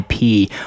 IP